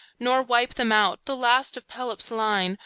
nor wipe them out, the last of pelops' line.